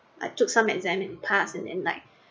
I took some exam and passed and then like